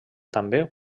també